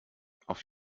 auf